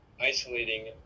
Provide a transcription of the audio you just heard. isolating